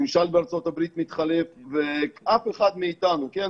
הממשל בארצות הברית מתחלף ואף אחד מאיתנו, כן?